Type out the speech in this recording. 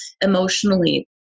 emotionally